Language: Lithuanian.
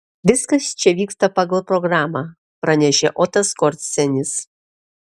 viskas čia vyksta pagal programą pranešė otas skorcenis